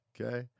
okay